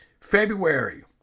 February